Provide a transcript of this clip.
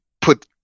put